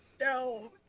no